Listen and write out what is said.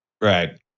right